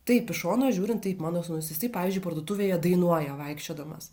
taip iš šono žiūrint taip mano sūnus jisai pavyzdžiui parduotuvėje dainuoja vaikščiodamas